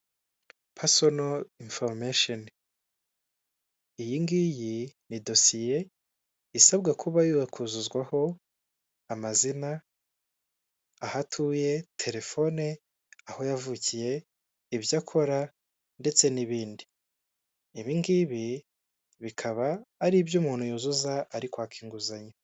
Umuhanda mugari wa kaburimbo uri kunyurwamo n'imodoka ikurikiwe na moto, ifite agatwara imizigo kari mu ibara ry'icyatsi, hirya hateye ibiti ndetse n'amapoto ariho amatara yo ku muhanda, hirya hari ipoto ritwara amashanyarazi.